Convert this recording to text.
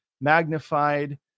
magnified